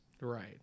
Right